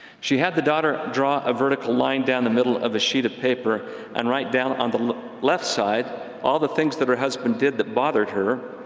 she had the daughter draw a vertical line down the middle of a sheet of paper and write down on the left side all the things her husband did that bothered her.